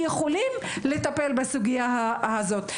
שיכולים לטפל בסוגיה הזאת.